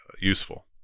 useful